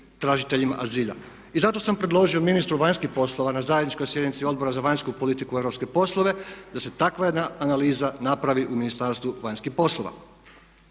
tražiteljima azila. I zato sam predložio ministru vanjskih poslova na zajedničkoj sjednici Odbora za vanjsku politiku i europske poslove da se takva jedna analiza napravi u Ministarstvu vanjskih poslova.